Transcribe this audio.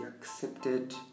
accepted